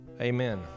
Amen